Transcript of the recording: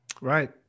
Right